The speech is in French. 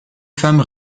femmes